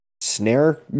Snare